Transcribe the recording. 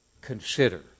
Consider